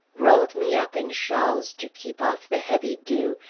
rolled me up in shawls to keep off the heavy dew,